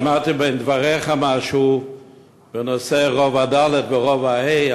שמעתי בין דבריך משהו בנושא רובע ד' ורובע ה',